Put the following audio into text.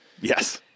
Yes